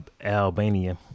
Albania